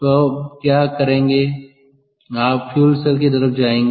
तो अब आप क्या करोगे आप फ्यूल सेल की तरफ जाएंगे